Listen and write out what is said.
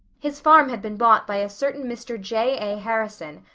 his farm had been bought by a certain mr. j. a. harrison,